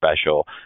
special